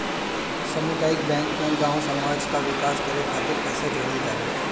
सामुदायिक बैंक में गांव समाज कअ विकास करे खातिर पईसा जोड़ल जाला